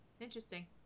Interesting